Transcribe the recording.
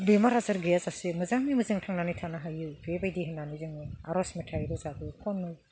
बेमार आजार गैयाजासे मोजाङै मोजां थांनानै थानो हायो बेबायदि होननानै जोङो आर'ज मेथाइ रोजाबो खनो